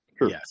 yes